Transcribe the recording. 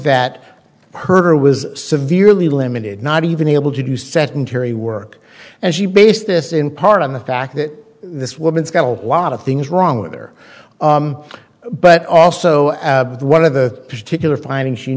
that her was severely limited not even able to do sedentary work and she based this in part on the fact that this woman's got a lot of things wrong with her but also one of the particular finding she